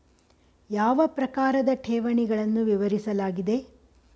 ಯಾವ ಪ್ರಕಾರದ ಠೇವಣಿಗಳನ್ನು ವಿವರಿಸಲಾಗಿದೆ?